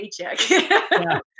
paycheck